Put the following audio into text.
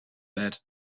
bed